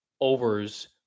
overs